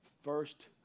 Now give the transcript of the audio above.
first